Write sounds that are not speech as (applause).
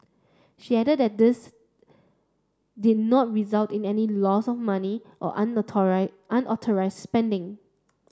she added that this did not result in any loss of money or (unintelligible) unauthorised spending